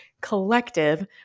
collective